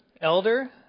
elder